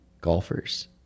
golfers